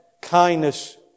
kindness